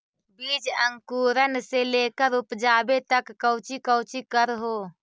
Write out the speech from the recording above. बीज अंकुरण से लेकर उपजाबे तक कौची कौची कर हो?